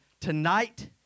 Tonight